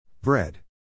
Bread